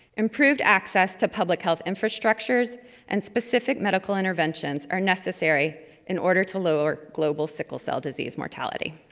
improved access to public health infrastructures and specific medical interventions are necessary in order to lower global sickle cell disease mortality.